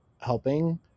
helping